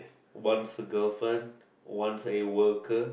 one's a girlfriend one's a worker